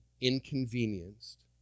inconvenienced